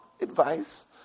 advice